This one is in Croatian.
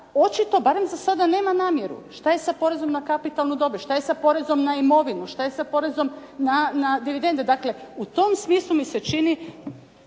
očito barem za sada nema namjeru. Što je sa porezom na kapitalnu dobit? Što je sa porezom na imovinu? Što je sa porezom na dividende? Dakle u tom smislu mi se čini